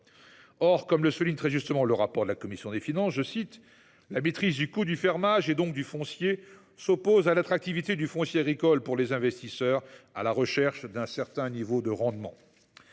Or, comme le souligne très justement le rapport de la commission des finances, « la maîtrise du coût du fermage, et donc du foncier, s’oppose à l’attractivité du foncier agricole pour les investisseurs, à la recherche d’un certain niveau de rendement ».